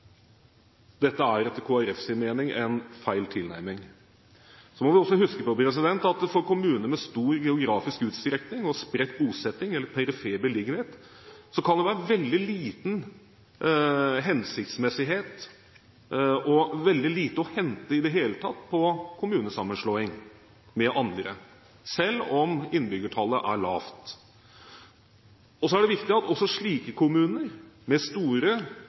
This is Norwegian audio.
Dette er etter Kristelig Folkepartis mening en feil tilnærming. Så må vi også huske på at for kommuner med stor geografisk utstrekning, spredt bosetting eller perifer beliggenhet kan det være veldig liten hensiktsmessighet og veldig lite å hente i det hele tatt på kommunesammenslåing, selv om innbyggertallet er lavt. Det er viktig at også slike kommuner med store